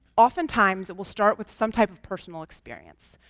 oftentimes, it will start with some type of personal experience.